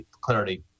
clarity